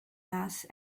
mass